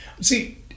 See